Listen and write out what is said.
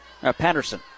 Patterson